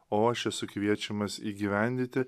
o aš esu kviečiamas įgyvendyti